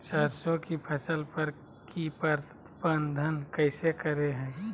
सरसों की फसल पर की प्रबंधन कैसे करें हैय?